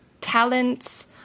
talents